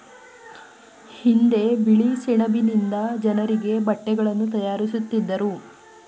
ಹಿಂದೆ ಬಿಳಿ ಸೆಣಬಿನಿಂದ ಜನರಿಗೆ ಬಟ್ಟೆಗಳನ್ನು ತಯಾರಿಸುತ್ತಿದ್ದರು